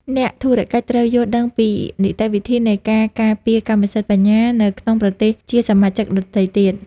អ្នកធុរកិច្ចត្រូវយល់ដឹងពីនីតិវិធីនៃការការពារកម្មសិទ្ធិបញ្ញានៅក្នុងប្រទេសជាសមាជិកដទៃទៀត។